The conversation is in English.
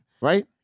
right